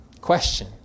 question